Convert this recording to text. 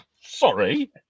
Sorry